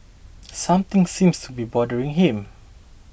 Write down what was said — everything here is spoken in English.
something seems to be bothering him